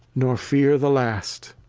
nor fear the last.